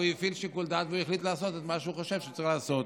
והוא הפעיל שיקול דעת והחליט לעשות את מה שהוא חושב שצריך לעשות.